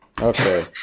okay